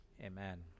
Amen